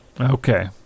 Okay